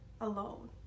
alone